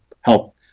health